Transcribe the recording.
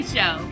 Show